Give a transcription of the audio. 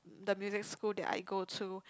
the music school that I go to